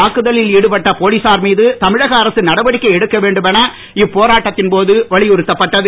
தாக்குதலில் ஈடுபட்ட போலீசார் மீது தமிழக அரசு நடவடிக்கை எடுக்க வேண்டுமென இப்போராட்டத்தின்போது வலியுறுத்தப்பட்டது